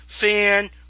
Fan